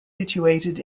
situated